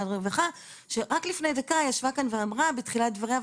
הרווחה שרק לפני דקה ישבה ואמרה בתחילת דבריה,